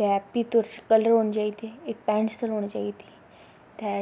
ते फिर कल्लर होने चाहिदे इक पैंसल होनी चाहिदी ते